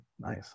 nice